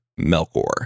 Melkor